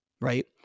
right